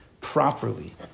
properly